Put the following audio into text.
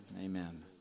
amen